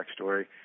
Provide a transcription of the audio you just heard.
backstory